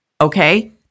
okay